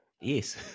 Yes